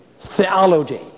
theology